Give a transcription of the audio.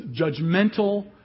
judgmental